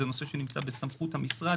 זה נושא שנמצא בסמכות המשרד,